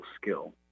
skill